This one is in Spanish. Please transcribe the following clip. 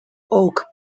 oak